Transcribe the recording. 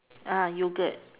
uh yoghurt